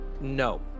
No